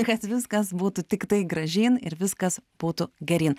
kad viskas būtų tiktai gražyn ir viskas būtų geryn